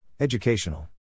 Educational